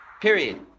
Period